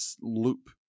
loop